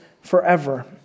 forever